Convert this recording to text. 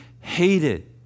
hated